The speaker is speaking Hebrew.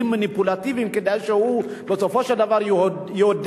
מניפולטיביים כדי שהוא בסופו של דבר יודה.